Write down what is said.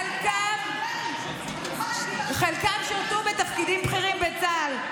חלקם שירתו בתפקידים בכירים בצה"ל,